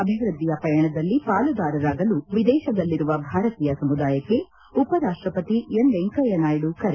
ದೇಶದ ಅಭಿವ್ಯಧಿಯ ಪಯಣದಲ್ಲಿ ಪಾಲುದಾರರಾಗಲು ವಿದೇಶದಲ್ಲಿರುವ ಭಾರತೀಯ ಸಮುದಾಯಕ್ಕೆ ಉಪರಾಷ್ಷಪತಿ ಎಂ ವೆಂಕಯ್ಯ ನಾಯ್ತು ಕರೆ